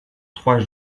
trois